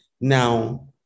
Now